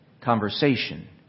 Conversation